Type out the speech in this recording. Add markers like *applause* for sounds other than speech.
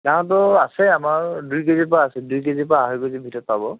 *unintelligible* আছে আমাৰ দুই কেজিৰ পৰা আছে দুই কেজিৰ পৰা আঢ়ৈ কেজিৰ ভিতৰত পাব